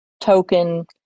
token